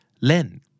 Len